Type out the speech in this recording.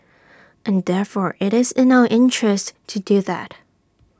and therefore IT is in our interest to do that